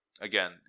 again